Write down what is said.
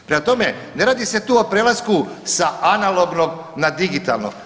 Prema tome ne radi se tu o prelasku sa analognog na digitalno.